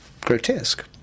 grotesque